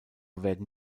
werden